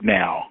now